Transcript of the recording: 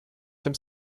dem